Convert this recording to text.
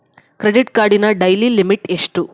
Credit ಕಾರ್ಡಿನ daily limit ಎಷ್ಟು?